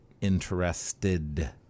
interested